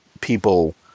people